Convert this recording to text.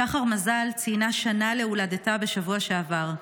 שחר מזל ציינה שנה להולדתה בשבוע שעבר,